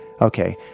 okay